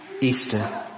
Easter